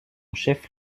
chef